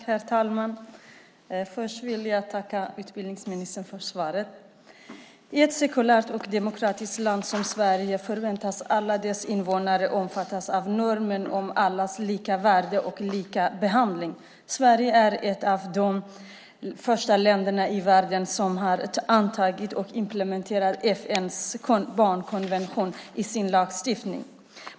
Herr talman! Först vill jag tacka utbildningsministern för svaret. I ett sekulärt och demokratiskt land som Sverige förväntas alla dess invånare omfattas av normen om allas lika värde och lika behandling. Sverige är ett av de första länderna i världen som har antagit och implementerat FN:s barnkonvention i sin lagstiftning.